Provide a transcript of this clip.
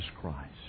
Christ